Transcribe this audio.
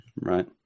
right